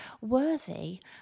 worthy